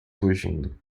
fugindo